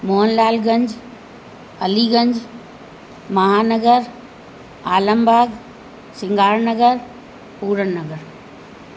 Mohanlalganj Aliganj Mahanagar Alambagh Singarnagar Puran Nagar